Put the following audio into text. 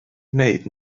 wneud